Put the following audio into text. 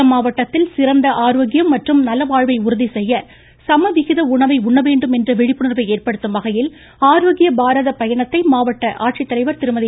சேலம் மாவட்டத்தில் சிறந்த ஆரோக்கியம் மற்றும் நலவாழ்வை உறுதிசெய்ய சமவிகித உணவை உண்ணவேண்டும் என்ற விழிப்புணர்வை ஏற்படுத்தும் வகையில் ஆரோக்கிய பாரத பயணத்தை மாவட்ட ஆட்சித்தலைவா் திருமதி